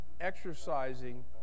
exercising